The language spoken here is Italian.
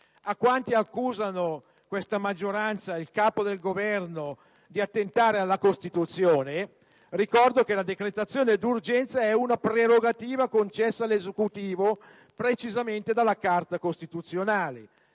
A quanti accusano questa maggioranza ed il Capo del Governo di attentare alla Costituzione ricordo che la decretazione d'urgenza è una prerogativa concessa all'Esecutivo precisamente dalla Carta costituzionale.